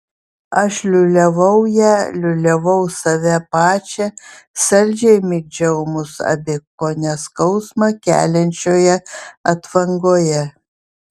aš liūliavau ją liūliavau save pačią saldžiai migdžiau mus abi kone skausmą keliančioje atvangoje